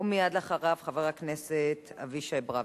ומייד אחריו, חבר הכנסת אבישי ברוורמן.